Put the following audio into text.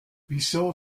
wieso